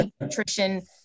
nutrition